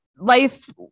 life